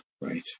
Right